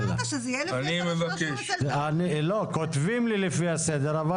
אתה אמרת שזה יהיה לפי הסדר שרשום אצל שוש.